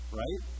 right